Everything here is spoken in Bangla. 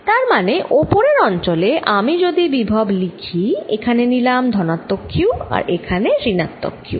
তার মানে উপরের অঞ্চলে আমি যদি বিভব লিখি এখানে নিলাম ধনাত্মক q আর এখানে ঋণাত্মক q